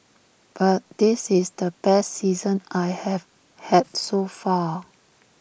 but this is the best season I have had so far